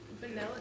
Vanilla